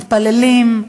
מתפללים,